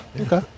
Okay